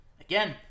again